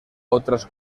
otras